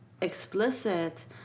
explicit